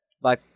bye